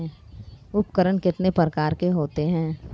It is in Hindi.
उपकरण कितने प्रकार के होते हैं?